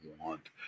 want